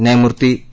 न्यायमूर्ती ए